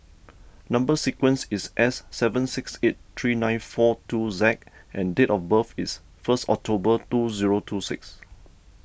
Number Sequence is S seven six eight three nine four two Z and date of birth is first October two zero two six